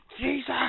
Jesus